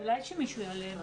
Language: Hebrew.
אולי שמישהו יעלה.